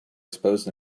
exposed